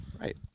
Right